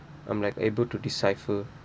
I'm like able to decipher